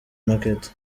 market